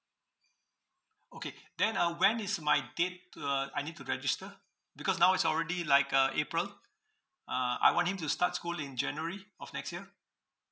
okay then uh when is my date to uh I need to register because now is already like uh april uh I want him to start school in january of next year